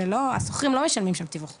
אז זה לא היה ככה, השוכרים לא משלמים שם תיווך.